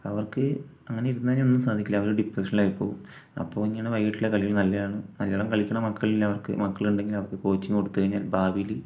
അവർക്ക് അങ്ങനെ ഇരുന്നു കഴിഞ്ഞാൽ ഒന്നിനും സാധിക്കില്ല അവർ ഡിപ്രഷനിൽ ആയിപ്പോകും അപ്പോൾ ഇങ്ങനെ വൈകീട്ടുള്ള കളികൾ നല്ലതാണ് നല്ലോണം കളിക്കുന്ന മക്കൾ ഉള്ളവർക്ക് മക്കൾ ഉണ്ടെങ്കിൽ അവർക്ക് കോച്ചിങ്ങ് കൊടുത്തു കഴിഞ്ഞാൽ ഭാവിയിൽ